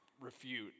Refute